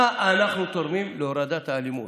מה אנחנו תורמים להורדת האלימות?